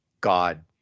God